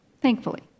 thankfully